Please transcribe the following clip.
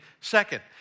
Second